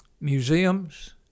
museums